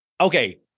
Okay